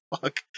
Fuck